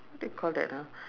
do you call that ah